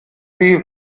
sie